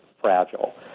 fragile